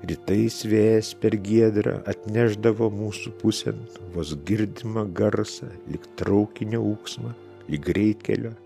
rytais vėjas per giedrą atnešdavo mūsų pusėn vos girdimą garsą lyg traukinio ūksmą į greitkelio